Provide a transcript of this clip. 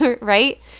right